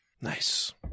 Nice